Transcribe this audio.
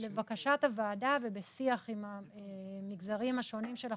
לבקשת הוועדה ובשיח עם המגזרים השונים של החייבים,